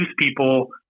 people